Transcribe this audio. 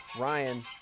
Ryan